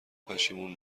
پشیمون